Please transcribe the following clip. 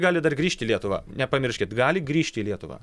gali dar grįžt į lietuvą nepamirškit gali grįžt į lietuvą